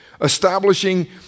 establishing